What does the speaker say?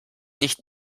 nicht